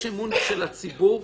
יש אמון של הציבור?